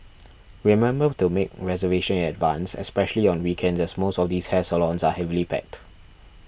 remember to make reservation in advance especially on weekends as most of these hair salons are heavily packed